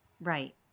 Right